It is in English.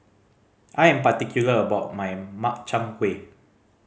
I am particular about my Makchang Gui